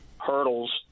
hurdles